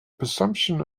presumption